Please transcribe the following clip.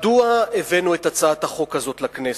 מדוע הבאנו את הצעת החוק הזאת לכנסת?